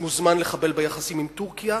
מוזמן לחבל ביחסים עם טורקיה.